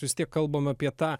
vis tiek kalbam apie tą